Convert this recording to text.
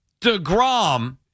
DeGrom